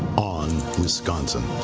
on, wisconsin!